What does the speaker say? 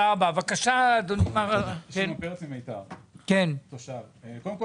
אני תושב מיתר.